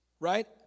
Right